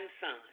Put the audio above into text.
Son